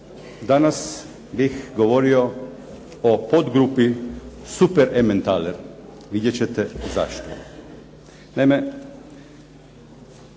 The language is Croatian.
danas bih govorio o podgrupi super ementaler. Vidjet ćete zašto.